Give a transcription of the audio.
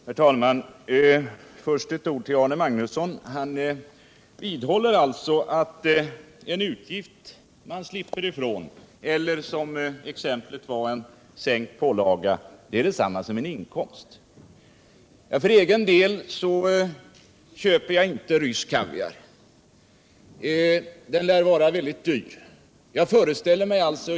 Herr talman! Först ett ord till Arne Magnusson. Han vidhåller att en utgift som man slipper ifrån eller om man sänker en pålaga så är det detsamma som en inkomst. För egen del köper jag inte rysk kaviar. Den lär vara väldigt dyr.